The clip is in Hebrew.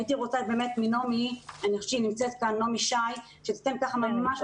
הייתי רוצה באמת לבקש מנעמי שי שתיתן ממש